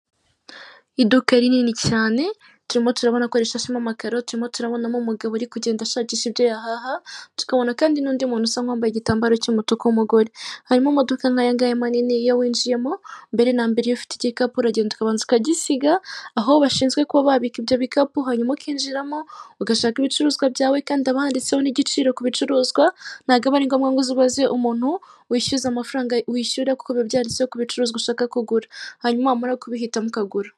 Iduka rinini cyane turimo turabonakoresha simagararo turimo turabonamo umugabo uri kugenda ashakisha ibyahaha, tukabona kandi n'undi muntu usa wambaye igitambaro cy'umutuku w'umugore. Harimo imodoka nk'ayagaya manini yawinjiyemo mbere na mbere ufite igikapu uragenda ukabanza ukagisiga aho bashinzwe kuba babika ibyo bi bikapu hanyuma ukinjiramo ugashaka ibicuruzwa byawe kandi abandiho n'igiciro ku bicuruzwa, naba ari ngombwa ngo uze ubaze umuntu wishyuza amafaranga wishyura, kuko biba byandiheho ku bicuruzwa ushaka kugura, hanyuma wamara kubihitamo ukagura.